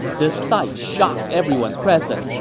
this sight shocked everyone present,